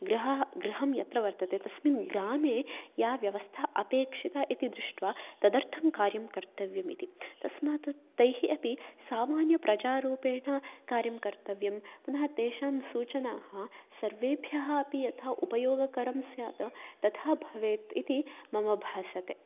गृहाः गृहं यत्र वर्तते तस्मिन् ग्रामे या व्यवस्था अपेक्षिता इति दृष्ट्वा तदर्थं कार्यं कर्तव्यं इति तस्मात् तैः अपि सामान्यप्रजारूपेण कार्यं कर्तव्यं पुनः तेषां सूचनाः सर्वेभ्यः अपि यथा उपयोगकरं स्यात् तथा भवेत् इति मम भासते